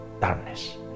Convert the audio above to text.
darkness